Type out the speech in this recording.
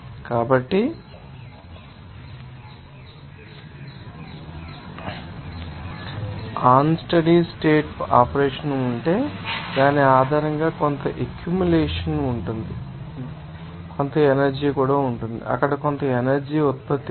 కాబట్టి on steady state operation ఉంటే దాని ఆధారంగా కొంత ఎక్యుములేషన్ ఉంటుందని మీరు చూడవచ్చు కొంత ఎనర్జీ ఉంటుంది అక్కడ కొంత ఎనర్జీ ఉత్పత్తి అవుతుంది